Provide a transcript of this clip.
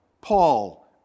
Paul